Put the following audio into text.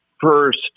first